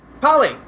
Polly